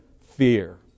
fear